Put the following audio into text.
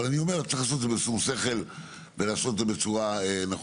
אני אומר שצריך לעשות את זה בשום-שכל ולעשות את זה בצורה נכונה.